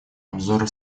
обзора